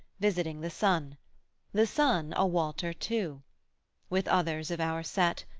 visiting the son the son a walter too with others of our set,